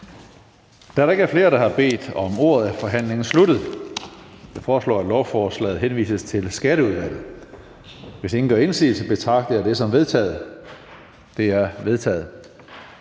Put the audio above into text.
Da der ikke er flere, der har bedt om ordet, er forhandlingen sluttet. Jeg foreslår, at lovforslaget henvises til Skatteudvalget. Hvis ingen gør indsigelse, betragter jeg det som vedtaget. Det er vedtaget.